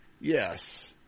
Yes